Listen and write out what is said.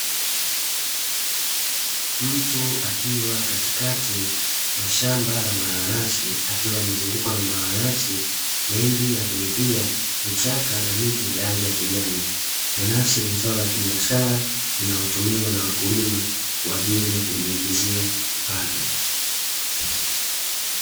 Mtu akiwa katikati ya shamba la mananasi akiwa amezungukwa na mananasi mengi lakini pia vichaka na miti yenye rangi ya kijani. Nanasi ni zao la kibiashara linalotumiwa na wakulima kwa ajili ya kujiingizia kipato.